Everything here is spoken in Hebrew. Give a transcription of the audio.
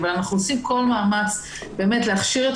אבל אנחנו עושים כל מאמץ באמת להכשיר את